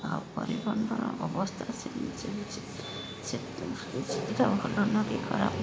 ଆଉ ପରିବହନର ଅବସ୍ଥା ସେ ନିଜେ ନିଜେ ସେତେ ଭଲ ନୁହଁ କି ଖରାପ ନୁହଁ